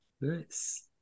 Nice